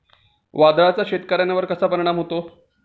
वादळाचा शेतकऱ्यांवर कसा परिणाम होतो?